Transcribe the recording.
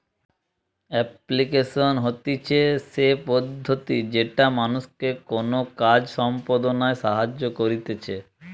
application হতিছে সে পদ্ধতি যেটা মানুষকে কোনো কাজ সম্পদনায় সাহায্য করতিছে